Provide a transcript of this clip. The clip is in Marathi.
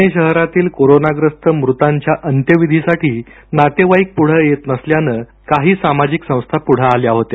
पूणे शहरातील कोरोनाग्रस्त मृतांच्या अंत्यविधीसाठी नातेवाईक पूढे येत नसल्यानं काही सामाजिक संस्था पुढे आल्या होत्या